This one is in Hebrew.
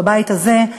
בבית הזה.